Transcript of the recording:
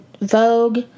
Vogue